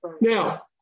Now